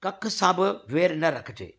कखु सां बि वेर न रखिजे